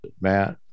Matt